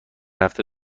هفته